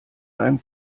einem